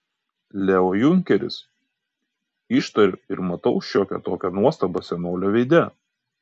leo junkeris ištariu ir matau šiokią tokią nuostabą senolio veide